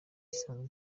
isanzwe